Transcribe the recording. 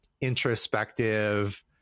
introspective